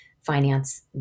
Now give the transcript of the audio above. finance